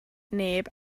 neb